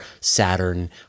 Saturn